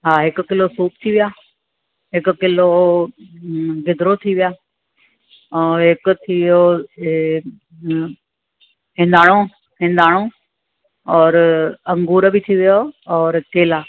हा हिकु किलो सूफ़ थी विया हिकु किलो गिदिरो थी विया ऐं हिकु थी वियो हे हिंदाणो हिंदाणो और अंगूर बि थी वियव और केला